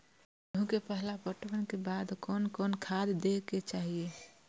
गेहूं के पहला पटवन के बाद कोन कौन खाद दे के चाहिए?